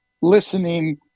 listening